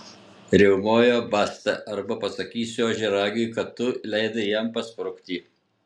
riaumojo basta arba pasakysiu ožiaragiui kad tu leidai jam pasprukti